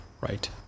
Right